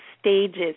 stages